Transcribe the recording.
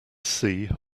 sea